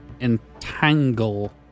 Entangle